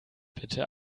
bitte